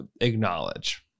acknowledge